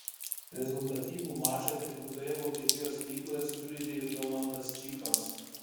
rezultatyvų mačą ketvirtoje vokietijos lygoje sužaidė ir domantas čypas